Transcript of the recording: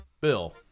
Bill